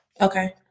okay